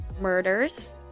Murders